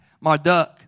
Marduk